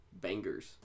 bangers